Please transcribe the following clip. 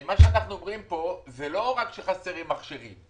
מה שאנחנו אומרים זה לא רק שחסרים מכשירים,